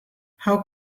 how